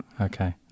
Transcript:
okay